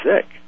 sick